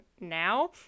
now